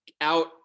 out